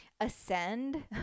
ascend